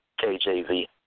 KJV